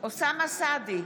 אוסאמה סעדי,